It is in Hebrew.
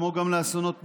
כמו גם לאסונות נוראיים.